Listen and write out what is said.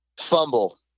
fumble